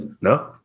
no